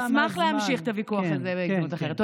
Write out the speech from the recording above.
אשמח להמשיך את הוויכוח הזה בהזדמנות אחרת.